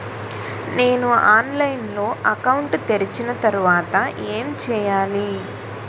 నేను ఆన్లైన్ లో అకౌంట్ తెరిచిన తర్వాత ఏం చేయాలి?